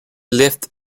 lived